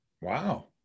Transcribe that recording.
Wow